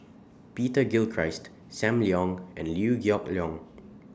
Peter Gilchrist SAM Leong and Liew Geok Leong